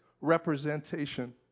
representation